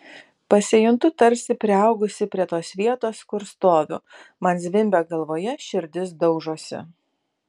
pasijuntu tarsi priaugusi prie tos vietos kur stoviu man zvimbia galvoje širdis daužosi